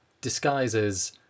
disguises